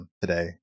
Today